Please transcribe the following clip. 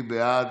מי בעד?